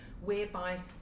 whereby